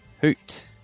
Hoot